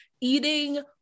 eating